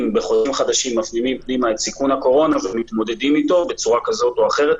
בחוזים חדשים את סיכון הקורונה ומתמודדים איתו בצורה כזאת או אחרת,